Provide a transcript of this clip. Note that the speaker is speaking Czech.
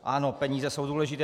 Ano, peníze jsou důležité.